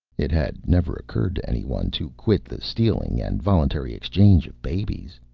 it had never occurred to anyone to quit the stealing and voluntary exchange of babies.